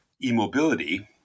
immobility